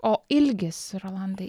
o ilgis rolandai